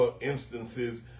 instances